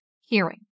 Hearing